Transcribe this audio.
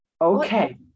Okay